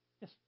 Yes